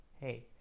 hey